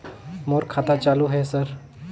मोर खाता चालु हे सर?